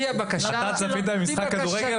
אתה צפית במשחק כדורגל?